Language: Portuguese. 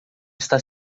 está